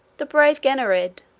the brave gennerid,